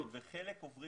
כן, וחלק עוברים.